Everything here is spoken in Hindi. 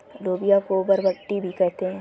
लोबिया को बरबट्टी भी कहते हैं